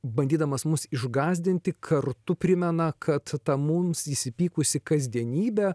bandydamas mus išgąsdinti kartu primena kad ta mums įsipykusi kasdienybė